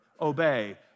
obey